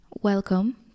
welcome